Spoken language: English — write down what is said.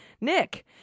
nick